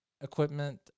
equipment